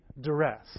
duress